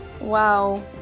Wow